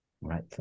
right